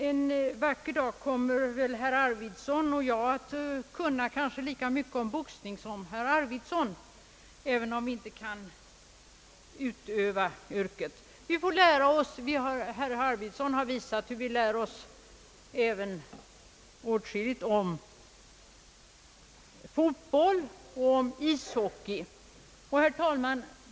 En vacker dag kommer väl herr Arvidson och jag att kunna lika mycket om boxning som herr Andersson, även om vi inte vill utöva yrket. Herr Arvidson har visat att vi har lärt oss åtskilligt även om fotboll och ishockey.